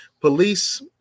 police